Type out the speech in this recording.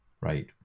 right